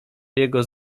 jego